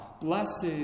Blessed